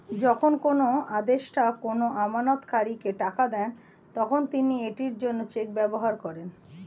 যখন কোনো আদেষ্টা কোনো আমানতকারীকে টাকা দেন, তখন তিনি এটির জন্য চেক ব্যবহার করেন